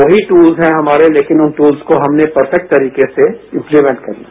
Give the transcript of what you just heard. वही दूल्स है हमारे लेकिन उन टूल्स को परफैक्ट तरीके से इम्प्लीमेंट करना है